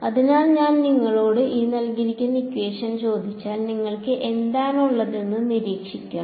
അതിനാൽ ഞാൻ നിങ്ങളോട് ചോദിച്ചാൽ നിങ്ങൾക്ക് എന്താണ് ഉള്ളതെന്ന് നിരീക്ഷിക്കണോ